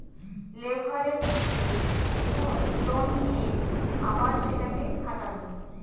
leverage মানে কোনো loan নিয়ে আবার সেটাকে খাটানো